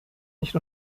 nicht